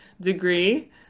degree